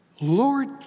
Lord